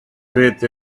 faith